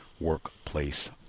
workplace